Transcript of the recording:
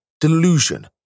delusion